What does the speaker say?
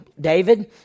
David